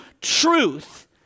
truth